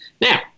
Now